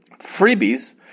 freebies